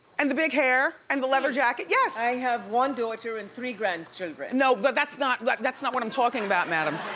and the big hair, and the leather jacket. me? yes. i have one daughter, and three grandchildren. no, but that's not like that's not what i'm talking about madam.